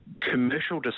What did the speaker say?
commercial